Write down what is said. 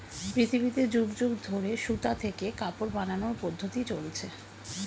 পৃথিবীতে যুগ যুগ ধরে সুতা থেকে কাপড় বানানোর পদ্ধতি চলছে